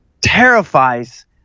terrifies